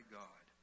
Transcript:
god